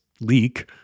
leak